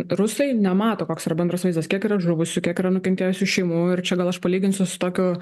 rusai nemato koks yra bendras vaizdas kiek yra žuvusių kiek yra nukentėjusių šeimų ir čia gal aš palyginsiu su tokiu